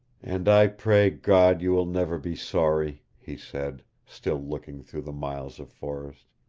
and i pray god you will never be sorry, he said, still looking through the miles of forest.